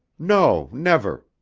no, never,